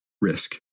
risk